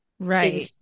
Right